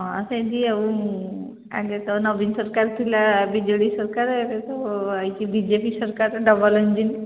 ହଁ ସେମିତି ଆଉ ଆଗେ ତ ନବୀନ ସରକାର ଥିଲା ବି ଜେ ଡ଼ି ସରକାର ଏବେ ତ ଆସିଛି ବି ଜେ ପି ସରକାର ଡବଲ୍ ଇଞ୍ଜିନ୍